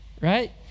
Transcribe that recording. right